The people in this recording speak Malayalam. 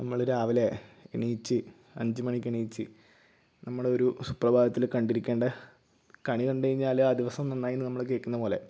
നമ്മൾ രാവിലെ എണീറ്റ് അഞ്ച് മണിക്ക് എണീറ്റ് നമ്മളൊരു സുപ്രഭാതത്തിൽ കണ്ടിരിക്കേണ്ട കണി കണ്ട് കഴിഞ്ഞാൽ ആ ദിവസം നന്നായി എന്ന് നമ്മൾ കേൾക്കുന്നതു പോലെ